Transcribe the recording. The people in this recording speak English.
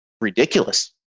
ridiculous